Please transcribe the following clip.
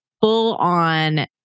full-on